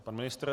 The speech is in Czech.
Pan ministr?